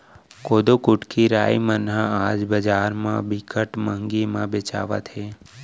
कोदो, कुटकी, राई मन ह आज बजार म बिकट महंगी म बेचावत हे